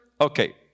Okay